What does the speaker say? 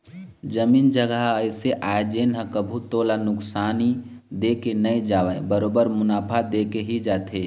जमीन जघा ह अइसे आय जेन ह कभू तोला नुकसानी दे के नई जावय बरोबर मुनाफा देके ही जाथे